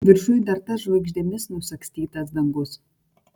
viršuj dar tas žvaigždėmis nusagstytas dangus